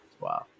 Wow